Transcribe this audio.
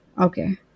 okay